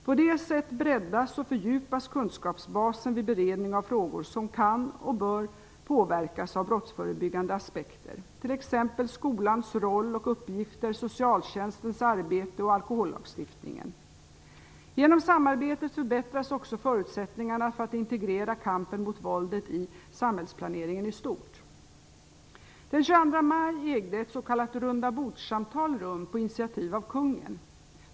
På detta sätt breddas och fördjupas kunskapsbasen vid beredning av frågor som kan och bör påverkas av brottsförebyggande aspekter, t.ex. skolans roll och uppgifter, socialtjänstens arbete samt alkohollagstiftningen. Genom samarbetet förbättras också förutsättningarna för att integrera kampen mot våldet i samhällsplaneringen i stort. Den 22 maj ägde ett s.k. rundabordssamtal rum på initiativ av kungen.